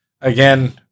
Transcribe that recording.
Again